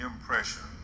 impression